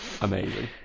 amazing